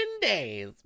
days